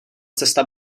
cesta